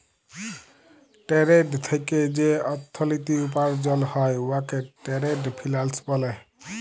trade থ্যাইকে যে অথ্থলিতি উপার্জল হ্যয় উয়াকে টেরেড ফিল্যাল্স ব্যলে